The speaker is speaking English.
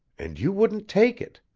and you wouldn't take it.